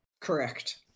Correct